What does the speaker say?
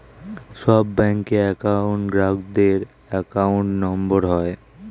সব ব্যাঙ্কের একউন্ট গ্রাহকদের অ্যাকাউন্ট নম্বর হয়